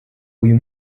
uyu